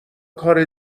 کار